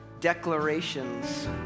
declarations